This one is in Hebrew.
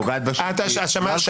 --- שאלת